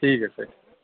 ਠੀਕ ਹੈ ਸਰ